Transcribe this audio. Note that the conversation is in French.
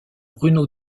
bruno